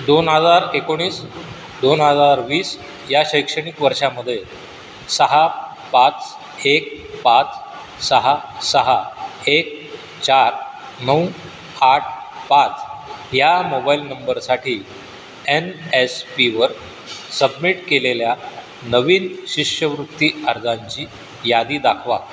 दोन हजार एकोणीस दोन हजार वीस या शैक्षणिक वर्षामध्ये सहा पाच एक पाच सहा सहा एक चार नऊ आठ पाच या मोबाईल नंबरसाठी एन एस पीवर सबमिट केलेल्या नवीन शिष्यवृत्ती अर्जांची यादी दाखवा